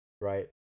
right